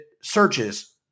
searches